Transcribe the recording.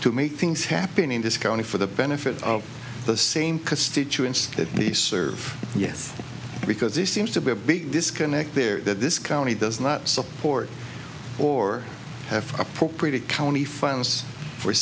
to make things happen in this county for the benefit of the same constituents that they serve yes because this seems to be a big disconnect there that this county does not support or have appropriated county funds fo